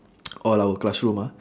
all our classroom ah